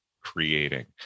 creating